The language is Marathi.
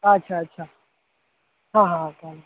अच्छा अच्छा हां हां हां का